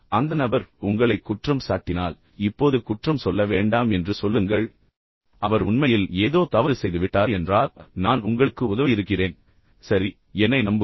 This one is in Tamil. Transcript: அந்த நபர் உங்களை குற்றம் சாட்டினால் இப்போது குற்றம் சொல்ல வேண்டாம் என்று சொல்லுங்கள் எனவே நான் உங்கள் பேச்சைக் கேட்பேன் அவர் உண்மையில் ஏதோ தவறு செய்துவிட்டார் என்றால் நான் உங்களுக்கு உதவ இருக்கிறேன் சரி என்னை நம்புங்கள்